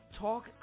Talk